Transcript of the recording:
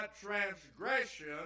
transgression